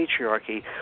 patriarchy